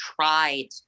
tried